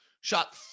shot